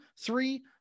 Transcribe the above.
three